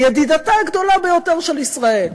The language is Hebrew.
ידידתה הגדולה ביותר של ישראל,